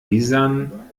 lisann